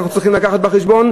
אנחנו צריכים לקחת בחשבון,